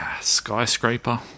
skyscraper